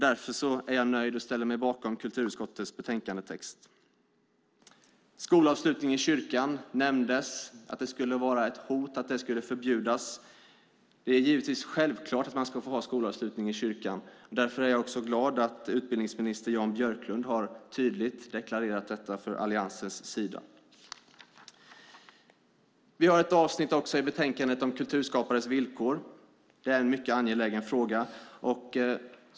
Därför är jag nöjd med att ställa mig bakom kulturutskottets betänkandetext. Det nämndes att skolavslutning i kyrkan skulle vara ett hot, att det skulle förbjudas. Det är självklart att man ska få ha skolavslutning i kyrkan. Därför är jag också glad att utbildningsminister Jan Björklund tydligt har deklarerat detta från Alliansens sida. Vi har också ett avsnitt i betänkandet om kulturskapares villkor. Det är en mycket angelägen fråga.